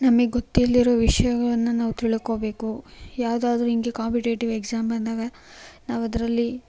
ನಮಗೆ ಗೊತ್ತಿಲ್ದಿರೋ ವಿಷಯಗಳನ್ನು ನಾವು ತಿಳ್ಕೋಬೇಕು ಯಾವುದಾದ್ರೂ ಹೀಗೆ ಕಾಂಪಿಟೇಟಿವ್ ಎಕ್ಸಾಮ್ ಬಂದಾಗ ನಾವದರಲ್ಲಿ